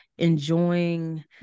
enjoying